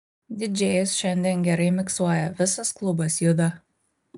didžėjus šiandien gerai miksuoja visas klubas juda